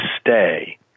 stay